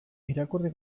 irakurri